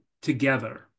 together